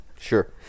Sure